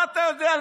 מה אתה יודע?